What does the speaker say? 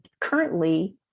currently